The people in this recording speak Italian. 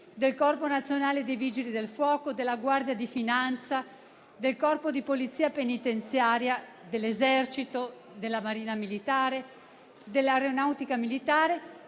del Corpo nazionale dei vigili del fuoco, della Guardia di finanza, del Corpo di polizia penitenziaria, dell'Esercito, della Marina militare, dell'Aeronautica militare